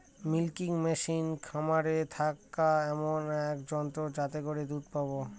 milking machine খামারে থাকা এমন এক যন্ত্র যাতে করে দুধ পাবো